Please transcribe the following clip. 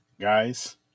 Guys